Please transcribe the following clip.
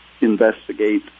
investigate